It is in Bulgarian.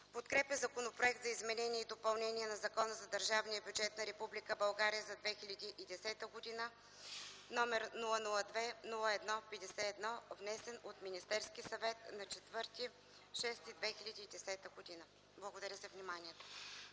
Подкрепя Законопроекта за изменение и допълнение на Закона за държавния бюджет на Република България за 2010 г., № 002 01 51, внесен от Министерския съвет на 4 юни 2010 г.” Благодаря.